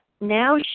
now